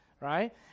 right